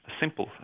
simple